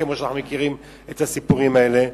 כמו שאנחנו מכירים את הסיפורים האלה,